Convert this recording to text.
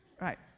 right